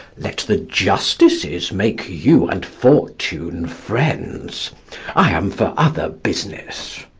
let the justices make you and fortune friends i am for other business.